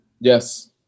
Yes